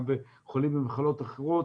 גם בחולים במחלות אחרות,